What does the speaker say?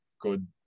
good